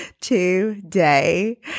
today